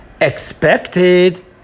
expected